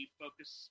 focus